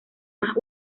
más